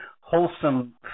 wholesome